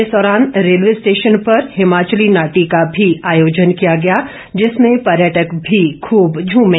इस दौरान railway station पर हिमाचली नाटी का भी आयोजन किया गया जिसमें पर्यटक भी खूब झूमे